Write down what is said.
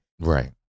Right